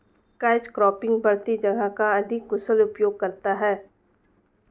catch cropping बढ़ती जगह का अधिक कुशल उपयोग करता है